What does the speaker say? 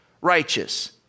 righteous